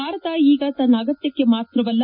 ಭಾರತ ಈಗ ತನ್ನ ಅಗತ್ಯಕ್ಕೆ ಮಾತ್ರವಲ್ಲ